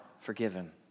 forgiven